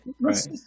Right